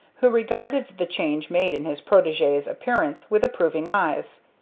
who regarded the change made in his protege's appearance with approving eyes.